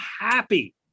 happy